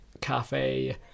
cafe